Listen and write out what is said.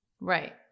Right